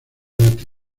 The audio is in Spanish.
debate